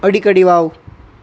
અડીકડી વાવ